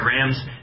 Ram's